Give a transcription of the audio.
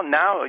now